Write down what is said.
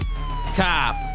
Cop